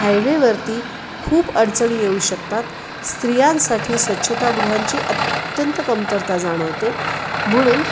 हायवेवरती खूप अडचणी येऊ शकतात स्त्रियांसाठी स्वच्छतागृहांची अत्यंत कमतरता जाणवते म्हणून